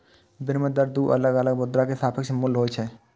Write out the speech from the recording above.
विनिमय दर दू अलग अलग मुद्रा के सापेक्ष मूल्य होइ छै